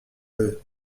eux